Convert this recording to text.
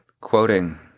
quoting